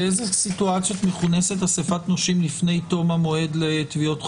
באיזה סיטואציות מכונסת אסיפת נושים לפני תום המועד לתביעות חוב?